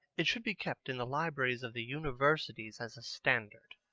it should be kept in the libraries of the universities as a standard.